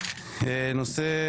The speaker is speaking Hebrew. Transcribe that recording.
נושא